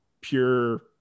pure